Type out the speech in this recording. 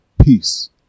peace